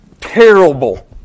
terrible